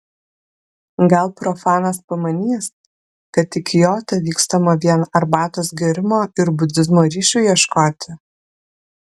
gal profanas pamanys kad į kiotą vykstama vien arbatos gėrimo ir budizmo ryšių ieškoti